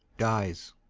dies.